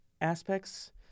aspects